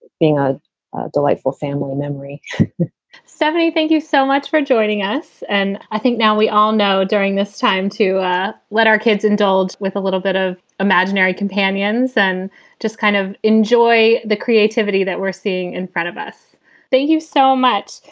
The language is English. being a delightful family memory seventy, thank you so much for joining us. and i think now we all know during this time to ah our kids and adults with a little bit of imaginary companions and just kind of enjoy the creativity that we're seeing in front of us thank you so much.